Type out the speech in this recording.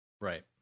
right